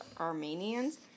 Armenians